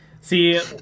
see